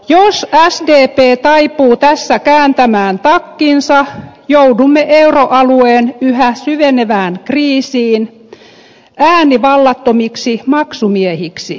jos sdp taipuu tässä kääntämään takkinsa joudumme euroalueen yhä syvenevään kriisiin äänivallattomiksi maksumiehiksi